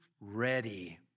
ready